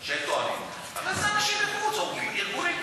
אגב,